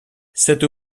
cette